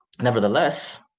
Nevertheless